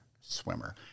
swimmer